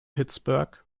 pittsburgh